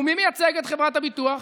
ומי מייצג את חברת הביטוח?